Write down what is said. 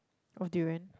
what durian